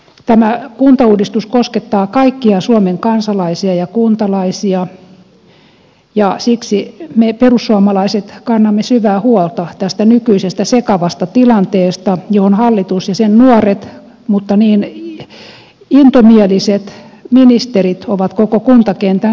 tämä kuntauudistus koskettaa kaikkia suomen kansalaisia ja kuntalaisia ja siksi me perussuomalaiset kannamme syvää huolta tästä nykyisestä sekavasta tilanteesta johon hallitus ja sen nuoret mutta niin intomieliset ministerit ovat koko kuntakentän saattaneet